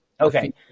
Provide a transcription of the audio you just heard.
okay